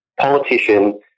politician